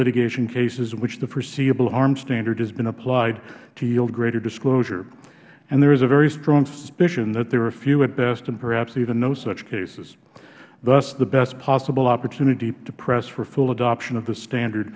litigation cases in which the foreseeable harm standard has been applied to yield greater disclosure there is a very strong suspicion that there are few at best and perhaps even no such cases thus the best possible opportunity to press for full adoption of the standard